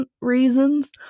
reasons